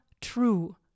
True